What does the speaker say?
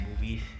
movies